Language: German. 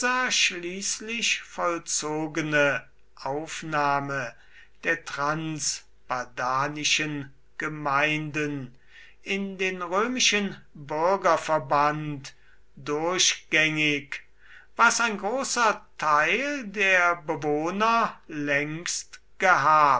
schließlich vollzogene aufnahme der transpadanischen gemeinden in den römischen bürgerverband durchgängig was ein großer teil der bewohner längst gehabt